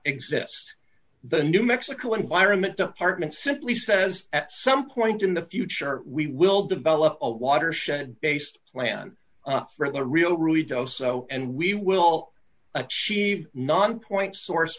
exist the new mexico environment department simply says at some point in the future we will develop a watershed based plan for the real root also and we will achieve non point source